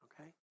okay